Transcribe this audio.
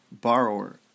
borrower